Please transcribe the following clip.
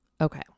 Okay